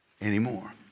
anymore